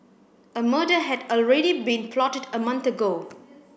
a murder had already been plotted a month ago